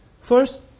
first